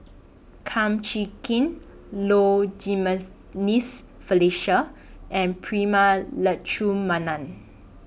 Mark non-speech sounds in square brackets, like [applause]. Kum Chee Kin Low [unintelligible] Felicia and Prema Letchumanan